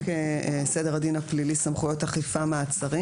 סדר הדין הפלילי (סמכויות אכיפה)(מעצרים),